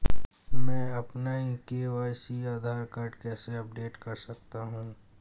मैं अपना e KYC Aadhaar card कैसे अपडेट कर सकता हूँ?